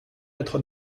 mettra